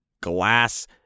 glass